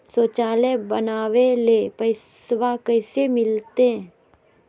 शौचालय बनावे ले पैसबा कैसे मिलते?